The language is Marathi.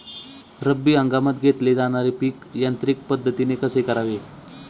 रब्बी हंगामात घेतले जाणारे पीक यांत्रिक पद्धतीने कसे करावे?